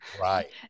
Right